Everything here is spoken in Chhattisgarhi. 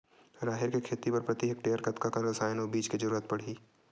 राहेर के खेती बर प्रति हेक्टेयर कतका कन रसायन अउ बीज के जरूरत पड़ही?